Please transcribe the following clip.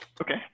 Okay